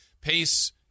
pace